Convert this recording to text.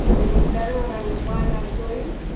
it was better when i was flying on a soyuz,